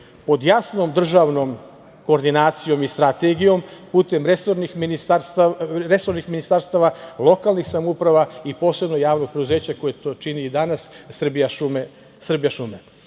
pod jasnom državnom koordinacijom i strategijom, putem resornih ministarstava, lokalnih samouprava i posebno javno preduzeće koje to čini i danas